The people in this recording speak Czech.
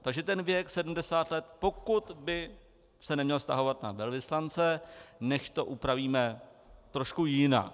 Takže ten věk 70 let, pokud by se neměl vztahovat na velvyslance, nechť to upravíme trochu jinak.